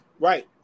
Right